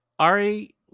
Ari